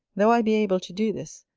though i be able to do this,